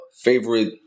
favorite